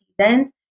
seasons